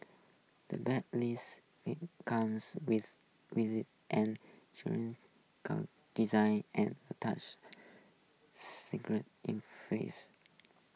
the brand's latest comes with design and a touch screen interface